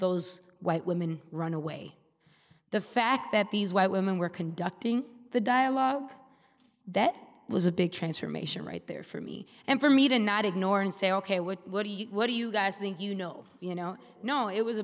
those white women run away the fact that these white women were conducting the dialogue that was a big transformation right there for me and for me to not ignore and say ok what do you what do you guys think you know you know no it was